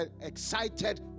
excited